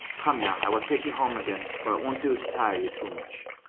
come now, i will take you home again, for it won't do to tire you too much.